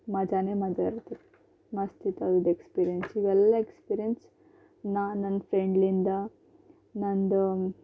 ಮಜಾನೇ ಮಜಾ ಇರುತ್ತದೆ ಮಸ್ತಿರ್ತವ ಇದು ಎಕ್ಸ್ಪೀರಿಯನ್ಸು ಇವೆಲ್ಲ ಎಕ್ಸ್ಪೀರಿಯನ್ಸ್ ನಾ ನನ್ನ ಫ್ರೆಂಡ್ಲಿಂದ ನಂದು